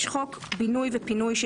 ישראל תיקון חוק44.בחוק מקרקעי ישראל,